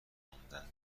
ماندن